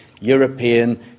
European